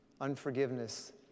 Unforgiveness